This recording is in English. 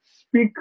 speak